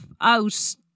out